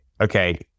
okay